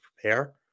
prepare